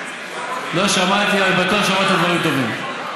לא שמעתי, אבל בטוח שאמרת דברים טובים.